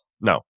No